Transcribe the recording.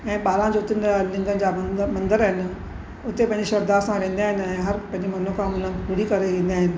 ऐं ॿारहं ज्योतीनि जा लिङनि जा मंदर आहिनि हुते पंहिंजी श्रद्धा सां रहंदा आहिनि ऐं हर पंहिंजी मनोकामना पूरी करे ईंदा आहिनि